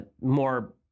more